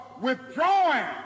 withdrawing